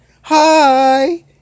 Hi